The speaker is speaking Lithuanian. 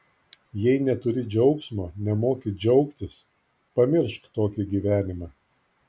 jei neturi džiaugsmo nemoki džiaugtis pamiršk tokį gyvenimą